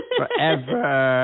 forever